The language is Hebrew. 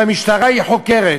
והמשטרה חוקרת.